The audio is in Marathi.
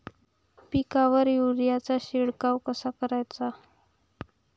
पिकावर युरीया चा शिडकाव कसा कराचा?